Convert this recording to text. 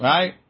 Right